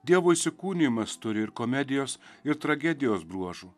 dievo įsikūnijimas turi ir komedijos ir tragedijos bruožų